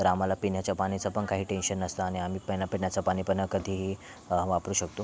तर आम्हाला पिण्याच्या पाण्याचं पण काही टेन्शन नसतं आणि आम्ही पण पिण्याचं पाणी पण कधीही वापरू शकतो